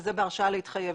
וזה בהרשאה להתחייב.